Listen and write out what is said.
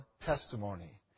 testimony